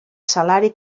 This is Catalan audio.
salari